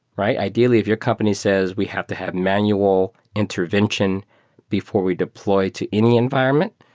right? ideally, if your company says we have to have manual intervention before we deploy to any environment,